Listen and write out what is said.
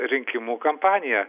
rinkimų kampanija